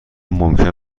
ممکن